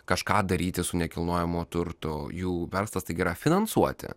kažką daryti su nekilnojamu turtu jų verslas taigi yra finansuoti